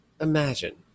Imagine